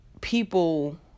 people